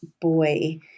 boy